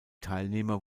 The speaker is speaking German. teilnehmer